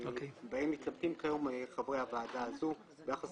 בהן מתלבטים כיום חברי הוועדה הזו ביחס